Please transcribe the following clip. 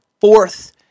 fourth